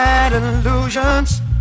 illusions